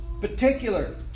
particular